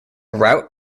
route